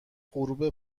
غروب